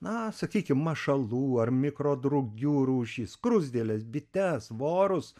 na sakykim mašalų ar mikro drugių rūšį skruzdėlės bites vorus